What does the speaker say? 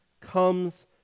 comes